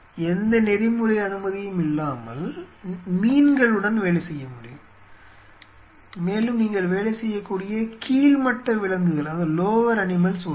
எந்த நெறிமுறை அனுமதியும் இல்லாமல் மீன்களுடன் வேலை செய்ய முடியும் மேலும் நீங்கள் வேலை செய்யக்கூடிய கீழ் மட்ட விலங்குகள் உள்ளன